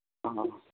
ਹਾਂ ਹਾਂ